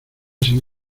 sin